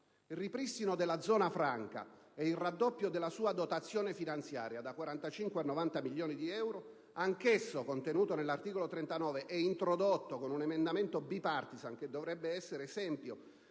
Il ripristino della zona franca ed il raddoppio della sua dotazione finanziaria (da 45 a 90 milioni di euro), anch'esso contenuto nell'articolo 39 - e introdotto con un emendamento *bipartisan* che dovrebbe essere ad esempio